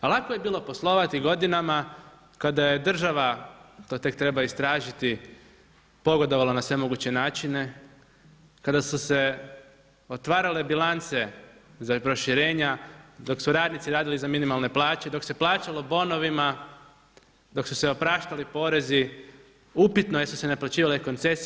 Ali lako je bilo poslovati godinama kada je država, to tek treba istražiti, pogodovala na sve moguće načine, kada su se otvarale bilance za proširenja dok su radnici radili za minimalne plaće, dok se plaćalo bonovima, dok su se opraštali porezi, upitno je jesu se naplaćivale koncesije.